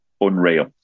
unreal